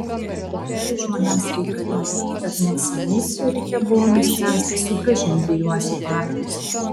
tualetai žmonėms reikalingi tad neseniai ciuriche buvo nuspręsta sugrąžinti juos į parkus